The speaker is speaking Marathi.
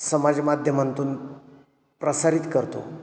समाज माध्यमातून प्रसारित करतो